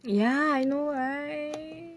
ya I know right